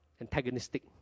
antagonistic